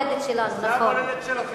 זו המולדת שלנו.